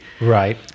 Right